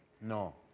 No